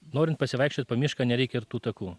norint pasivaikščiot po mišką nereikia ir tų takų